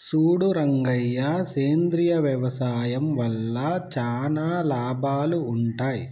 సూడు రంగయ్య సేంద్రియ వ్యవసాయం వల్ల చానా లాభాలు వుంటయ్,